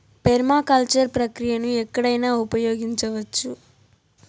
permaculture ప్రక్రియను ఎక్కడైనా ఉపయోగించవచ్చు